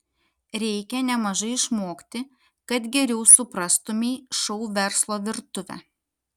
reikia nemažai išmokti kad geriau suprastumei šou verslo virtuvę